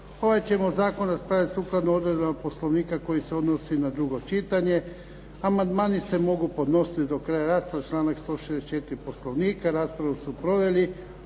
Ovaj ćemo zakon raspravljati sukladno odredbama Poslovnika koji se odnosi na drugo čitanje. Amandmani se mogu podnositi do kraja rasprave, članak 164. Poslovnika. Raspravu su proveli